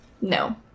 no